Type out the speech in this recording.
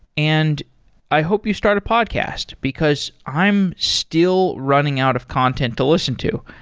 and i hope you start a podcast, because i am still running out of content to listen to.